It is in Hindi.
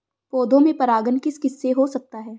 पौधों में परागण किस किससे हो सकता है?